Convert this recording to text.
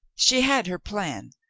she had her plan.